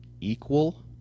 equal